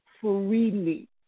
freely